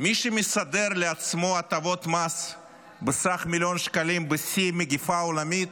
מי שמסדר לעצמו הטבות מס בסך מיליון שקלים בשיא מגפה עולמית,